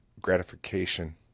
gratification